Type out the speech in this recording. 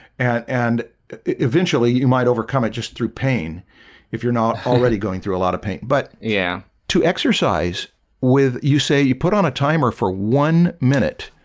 and and eventually, you might overcome it just through pain if you're not already going through a lot of pain but yeah to exercise with you say you put on a timer for one minute